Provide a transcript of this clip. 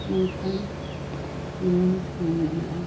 ᱚᱱᱠᱟᱱ ᱱᱤᱭᱚᱢ ᱦᱚᱸ ᱢᱮᱱᱟᱜᱼᱟ